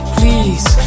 Please